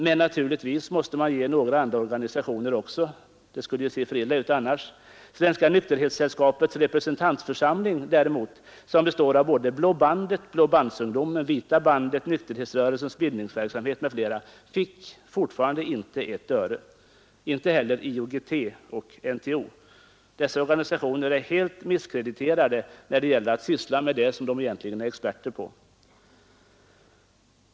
Men naturligtvis måste man ge några andra organisationer också, det skulle ju se för illa ut annars. Svenska nykterhetssällskapets representantförsamling däremot, som består av både Blå bandet, Blåbandsungdomen, Vita bandet, Nykterhetsrörelsens bildningsverksamhet m.fl., fick fortfarande inte ett öre. Inte heller IOGT och NTO. Dessa organisationer är tydligen helt misskrediterade när det gäller att syssla med det som de egentligen är experter på.